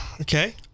Okay